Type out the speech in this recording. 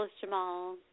Jamal